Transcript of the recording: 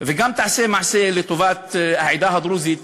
וגם תעשה מעשה לטובת העדה הדרוזית,